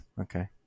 okay